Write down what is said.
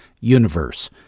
universe